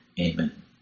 Amen